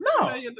No